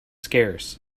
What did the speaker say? scarce